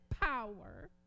power